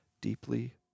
deeply